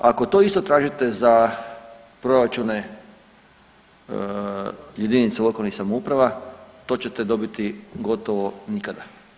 Ako to isto tražite za proračune jedinica lokalnih samouprava to ćete dobiti gotovo nikada.